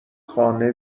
خانه